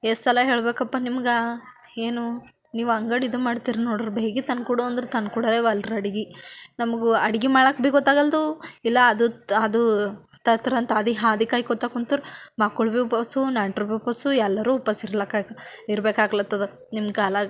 ಎಷ್ಟ್ಸಲ ಹೇಳ್ಬೇಕಪ್ಪ ನಿಮ್ಗೆ ಏನು ನೀವು ಅಂಗಡಿದು ಮಾಡ್ತೀರಿ ನೋಡ್ರಿ ಬೇಗ ತಂದ್ಕೊಡು ಅಂದ್ರೆ ತಂದ್ಕೊಡವೇವಲ್ರು ಅಡ್ಗೆ ನಮಗೂ ಅಡ್ಗೆ ಮಾಡೋಕೆ ಭೀ ಗೊತ್ತಾಗಲ್ದು ಇಲ್ಲ ಅದು ತ್ ಅದು ತರ್ತ್ರಿ ಅಂತ ಅದು ಹಾದಿ ಕಾಯ್ಕೊಂತ ಕುಂತ್ರೆ ಮಕ್ಕಳು ಭೀ ಉಪ್ವಾಸು ನೆಂಟರು ಭೀ ಉಪ್ವಾಸು ಎಲ್ಲರೂ ಉಪ್ವಾಸಿರ ಇರ್ಬೇಕು ಆಗ್ಲತ್ತದ ನಿಮ್ಮ ಕಾಲಗ್